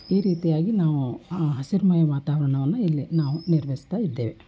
ಈ ರೀತಿಯಾಗಿ ನಾವು ಹಸಿರುಮಯ ವಾತಾವರಣವನ್ನ ಇಲ್ಲಿ ನಾವು ನಿರ್ಮಿಸ್ತಾ ಇದ್ದೇವೆ